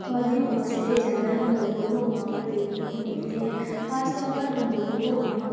اور بھی بہت سارے جانور ہم لوگوں کو وہاں پر دیکھنے کو ملتے ہیں خاص طور پر ہم لوگوں کو وہاں